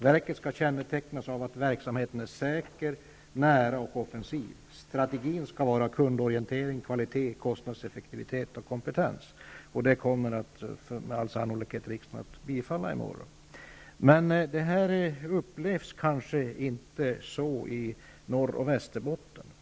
Verket skall kännetecknas av att verksamheten är säker, nära och offensiv. Strategin skall vara kundorientering, kvalitet, kostnadseffektivitet och kompetens. Detta kommer riksdagen med all sannolikhet att bifalla i morgon. Det upplevs kanske inte på samma sätt i Norrbotten och Västerbotten.